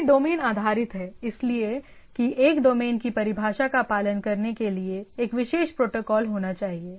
यह डोमेन आधारित है इसलिए कि एक डोमेन की परिभाषा का पालन करने के लिए एक विशेष प्रोटोकॉल होना चाहिए